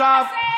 יחידת משטרה,